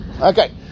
Okay